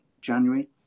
January